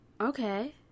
Okay